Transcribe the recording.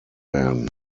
werden